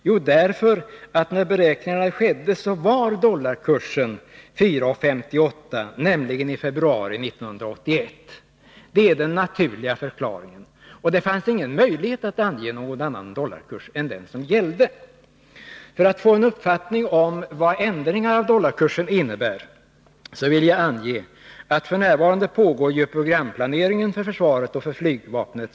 Jo, därför att när beräkningarna skedde var dollarkursen 4:58, nämligen i februari 1981. Det är den naturliga förklaringen. Och det fanns ingen möjlighet att ange någon annan dollarkurs än den som gällde. För att man skall få en uppfattning om vad ändringar av dollarkursen innebär vill jag ange att f. n. pågår programplaneringen för försvaret och alltså för flygvapnet.